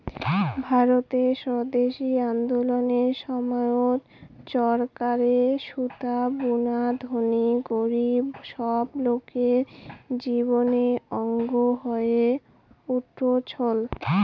ভারতের স্বদেশি আন্দোলনের সময়ত চরকারে সুতা বুনা ধনী গরীব সব লোকের জীবনের অঙ্গ হয়ে উঠছল